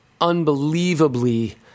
unbelievably